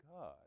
God